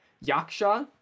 yaksha